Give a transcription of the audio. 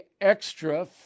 extra